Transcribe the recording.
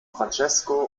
francesco